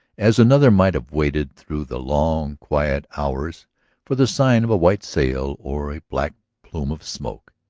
as another might have waited through the long, quiet hours for the sign of a white sail or a black plume of smoke,